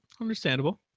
Understandable